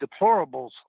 deplorables